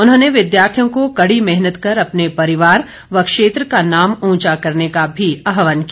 उन्होंने विद्यार्थियों को कड़ी मेहनत कर अपने परिवार व क्षेत्र का नाम ऊंचा करने का भी आहवान किया